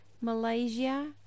Malaysia